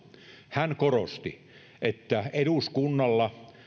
hän korosti että eduskunnalla